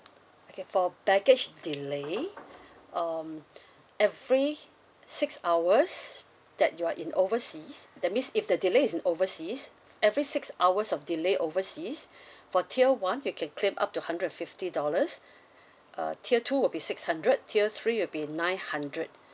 okay for baggage delay um every six hours that you're in overseas that means if the delay is in overseas every six hours of delay overseas for tier one you can claim up to hundred and fifty dollars uh tier two would be six hundred tier three will be nine hundred